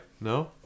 No